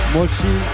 Moshi